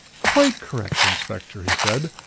quite correct, inspector, he said.